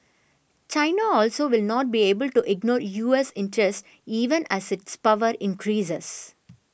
China also will not be able to ignore U S interests even as its power increases